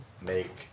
make